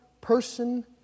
person